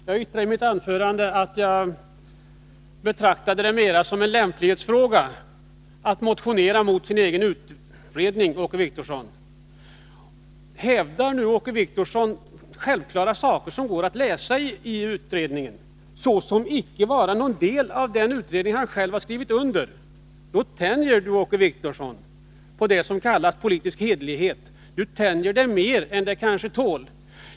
Herr talman! Jag yttrade i mitt anförande att jag betraktar det mera som en lämplighetsfråga att motionera mot sin egen utredning. Hävdar nu Åke Wictorsson att självklara saker, som går att läsa i utredningsbetänkandet, icke är någon del av den utredning han själv har skrivit under, då tänjer han på det som kallas politisk hederlighet. Han tänjer det kanske mer än det tål.